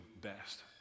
best